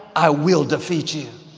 i will defeat you.